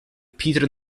peter